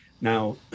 Now